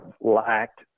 lacked